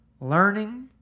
Learning